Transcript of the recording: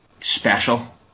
special